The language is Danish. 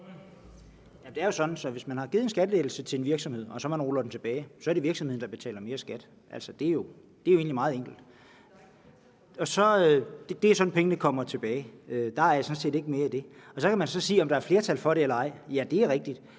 Det er jo sådan, at hvis man har givet en skattelettelse til en virksomhed, og man så ruller den tilbage, så er det virksomheden, der betaler mere i skat. Altså, det er jo egentlig meget enkelt. Det er sådan, pengene kommer tilbage. Der er sådan set ikke mere i det. Så kan man spørge, om der er flertal for det eller ej. Det er rigtigt,